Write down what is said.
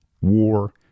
war